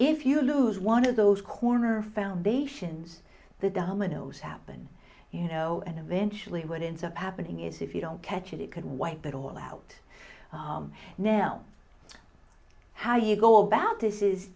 if you lose one of those corner foundations the dominoes happen you know and eventually went into happening is if you don't catch it it could wipe it all out now how you go about this is